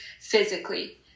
physically